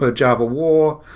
ah java war.